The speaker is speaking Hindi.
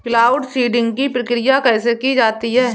क्लाउड सीडिंग की प्रक्रिया कैसे की जाती है?